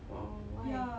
oh why